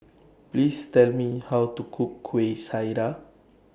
Please Tell Me How to Cook Kueh Syara